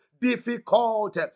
difficult